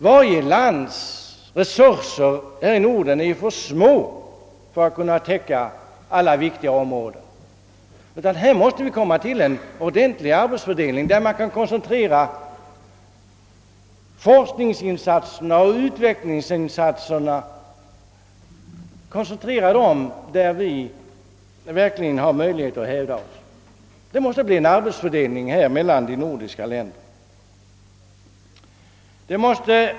De enskilda nordiska ländernas resurser är för små för att täcka alla viktiga områden. Vi måste göra en ordentlig arbetsfördelning och koncentrera forskningsoch utvecklingsinsatserna till sådana områden där vi verkligen har möjlighet att hävda oss. Vi måste få till stånd en arbetsfördelning mellan de nordiska länderna.